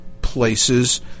places